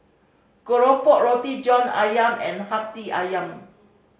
keropok Roti John Ayam and Hati Ayam